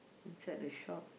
so at the shop